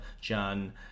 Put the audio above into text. john